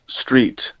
Street